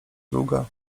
druga